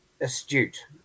astute